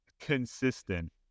consistent